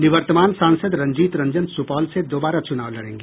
निवर्तमान सांसद रंजीत रंजन सुपौल से दोबारा चुनाव लड़ेंगी